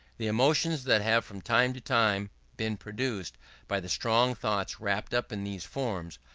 the emotions that have from time to time been produced by the strong thoughts wrapped up in these forms,